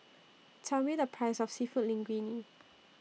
Tell Me The Price of Seafood Linguine